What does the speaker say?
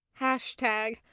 Hashtag